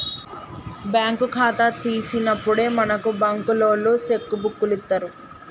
bank ఖాతా తీసినప్పుడే మనకు బంకులోల్లు సెక్కు బుక్కులిత్తరు